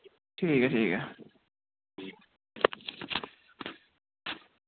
ठीक ऐ ठीक ऐ